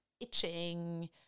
itching